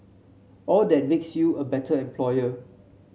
all that makes you a better employer